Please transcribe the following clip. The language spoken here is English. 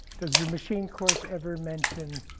does the machine course ever mention